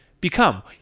become